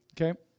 okay